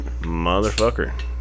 Motherfucker